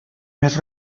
més